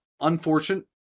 Unfortunate